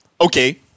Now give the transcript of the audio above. okay